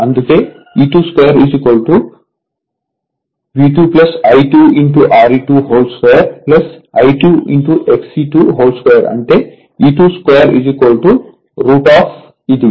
అందుకే E2 2 V2 I2 Re2 2 I2 XE2 2 అంటే E2 2 √ఇది